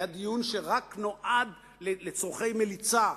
היה דיון שרק נועד לצורכי מליצה,